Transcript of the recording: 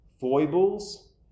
foibles